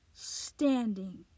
Standing